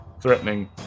threatening